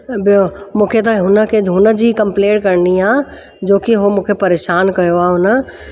ॿियों मूंखे त हुन खे हुन जी कंप्लेंट करणी आहे जोकी उहो मूंखे परेशान कयो आहे हुन